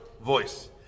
voice